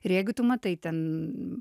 ir jeigu tu matai ten